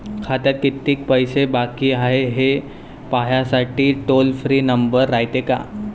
खात्यात कितीक पैसे बाकी हाय, हे पाहासाठी टोल फ्री नंबर रायते का?